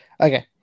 okay